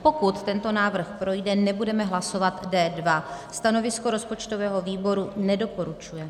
Pokud tento návrh projde, nebudeme hlasovat o D2. Stanovisko rozpočtového výboru nedoporučuje.